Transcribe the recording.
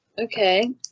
Okay